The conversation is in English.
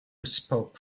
spoke